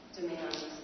demands